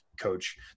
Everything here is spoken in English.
coach